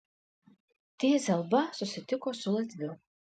t zelba susitiko su latviu